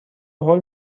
هول